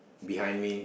behind me